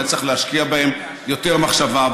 היה צריך להשקיע בהם יותר מחשבה.